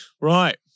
Right